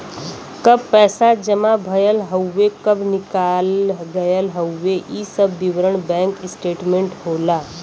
कब पैसा जमा भयल हउवे कब निकाल गयल हउवे इ सब विवरण बैंक स्टेटमेंट होला